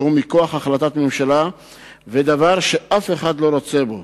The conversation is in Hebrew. שהיא מכוח החלטת ממשלה ודבר שאף אחד לא רוצה בו,